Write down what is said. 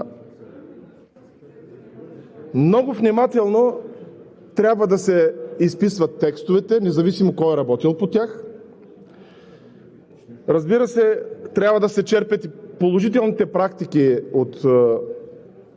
Много внимателно трябва да се изписват текстовете, независимо кой е работил по тях. Разбира се, трябва да се черпят и положителните практики от други